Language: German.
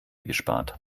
gespart